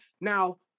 Now